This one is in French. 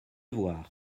voir